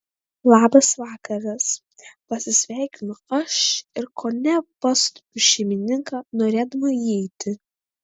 labas vakaras pasisveikinu aš ir kone pastumiu šeimininką norėdama įeiti